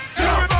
jump